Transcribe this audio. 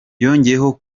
yongeyeho